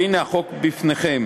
והנה החוק לפניכם.